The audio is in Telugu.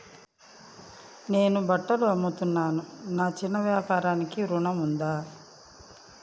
నేను బట్టలు అమ్ముతున్నాను, నా చిన్న వ్యాపారానికి ఋణం ఉందా?